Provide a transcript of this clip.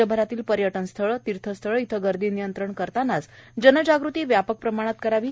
राज्यभरातील पर्यटनस्थळे तीर्थस्थळे येथे गर्दी नियंत्रण करतानाच जनजागृती व्यापक प्रमाणात करावी